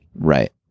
right